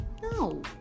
no